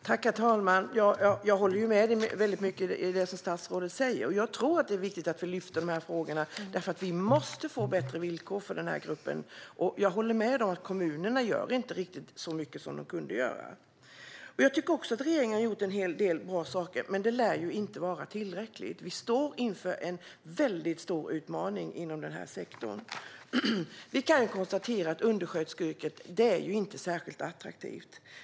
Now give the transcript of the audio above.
Herr talman! Jag håller med om mycket av det som statsrådet säger. Jag tror att det är viktigt att vi lyfter fram dessa frågor, därför att vi måste få bättre villkor för denna grupp. Jag håller med om att kommunerna inte gör riktigt så mycket som de skulle kunna göra. Jag tycker att regeringen har gjort en hel del bra saker. Men det lär inte vara tillräckligt. Vi står inför en mycket stor utmaning inom denna sektor. Vi kan konstatera att undersköterskeyrket inte är särskilt attraktivt.